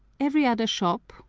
every other shop,